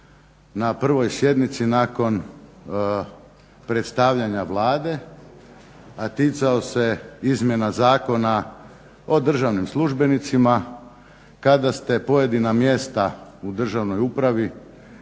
na prvoj sjednici nakon predstavljanja Vlade, a ticao se izmjena Zakona o državnim službenicima kada ste pojedina mjesta u državnoj upravi